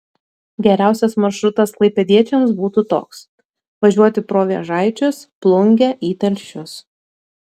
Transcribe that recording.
geriausias maršrutas klaipėdiečiams būtų toks važiuoti pro vėžaičius plungę į telšius